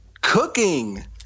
Cooking